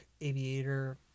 aviator